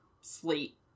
slate